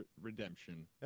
redemption